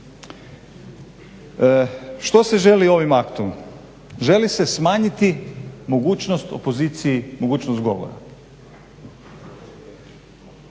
Što se želi ovim aktom? Želi se smanjiti mogućnost opoziciji, mogućnost govora.